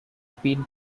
been